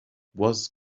was